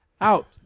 out